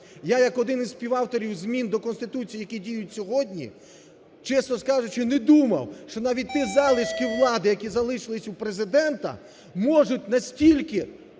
Я як один із співавторів змін до Конституції, які діють сьогодні, чесно кажучи, не думав, що навіть ті залишки влади, які залишились у Президента, можуть настільки